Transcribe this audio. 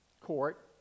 court